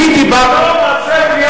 אני, באופן עקבי לא מאפשר בנייה בירושלים.